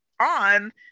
on